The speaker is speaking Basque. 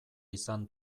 izan